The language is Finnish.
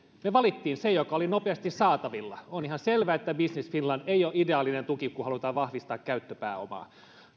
me valitsimme sen joka oli nopeasti saatavilla on ihan selvä että business finland ei ole ideaalinen tuki kun halutaan vahvistaa käyttöpääomaa